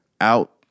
out